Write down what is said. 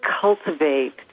cultivate